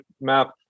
map